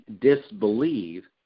disbelieve